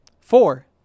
Four